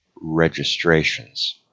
registrations